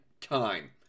time